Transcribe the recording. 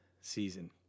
season